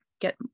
get